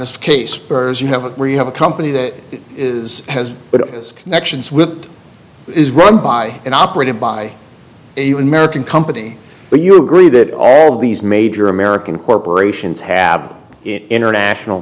this case spurs you have agreed have a company that is has connections with is run by and operated by a human american company but you agree that all these major american corporations have international